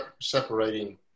separating